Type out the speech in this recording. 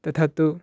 तथा तु